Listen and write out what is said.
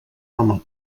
home